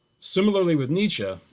similarly with nietzsche,